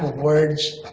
words,